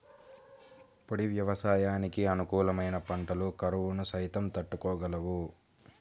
పొడి వ్యవసాయానికి అనుకూలమైన పంటలు కరువును సైతం తట్టుకోగలవు